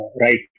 right